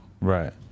Right